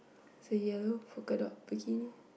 so yellow polka dot bikini